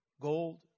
Gold